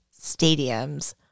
stadiums